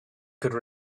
could